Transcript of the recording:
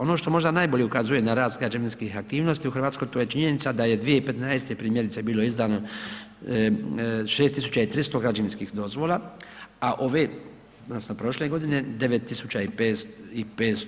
Ono što možda najbolje ukazuje na rast građevinskih aktivnosti u Hrvatskoj to je činjenica da je 2015. primjerice bilo izdano 6.300 građevinskih dozvola, a ove odnosno prošle godine 9.500.